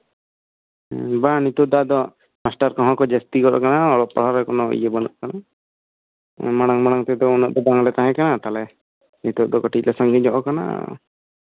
ᱵᱟᱝ ᱱᱤᱛᱚᱜ ᱫᱚ ᱟᱫᱚ ᱢᱟᱥᱴᱟᱨ ᱠᱚᱦᱚᱸ ᱠᱚ ᱡᱟᱹᱥᱛᱤ ᱜᱚᱫ ᱟᱠᱟᱱᱟ ᱚᱞᱚᱜ ᱯᱟᱲᱦᱟᱣ ᱨᱮ ᱠᱳᱱᱳ ᱤᱭᱟᱹ ᱵᱟᱹᱱᱩᱜᱼᱟ ᱢᱟᱲᱟᱝ ᱢᱟᱲᱟᱝ ᱛᱮᱫᱚ ᱩᱱᱟᱹᱜ ᱵᱟᱝ ᱛᱟᱦᱮᱸ ᱠᱟᱱᱟ ᱛᱟᱦᱚᱞᱮ ᱱᱤᱛᱚᱜ ᱫᱚ ᱠᱟᱹᱴᱤᱡᱞᱮ ᱥᱟᱝᱜᱮ ᱧᱚᱜ ᱟᱠᱟᱱᱟ